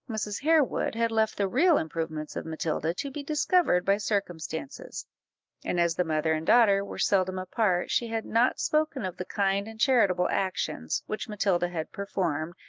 mrs. harewood had left the real improvements of matilda to be discovered by circumstances and as the mother and daughter were seldom apart, she had not spoken of the kind and charitable actions which matilda had performed,